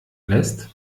lässt